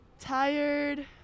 tired